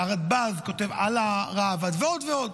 והרדב"ז כותב על הראב"ד ועוד ועוד.